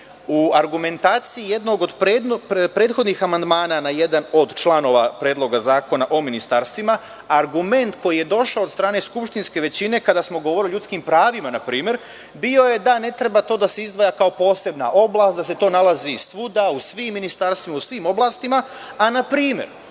argumentaciji jednog od prethodnih amandmana na jedan od članova Predloga zakona o ministarstvima, argument koji je došao od strane skupštinske većine, kada smo govorili o ljudskim pravima, bio je da ne treba da se izdvaja kao posebna oblast, da se nalazi svuda u svim ministarstvima, u svim oblastima. Na primer,